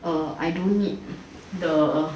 err I don't need the